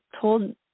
told